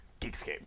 Geekscape